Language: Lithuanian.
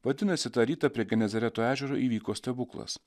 vadinasi tą rytą prie genezareto ežero įvyko stebuklas